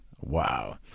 Wow